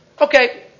Okay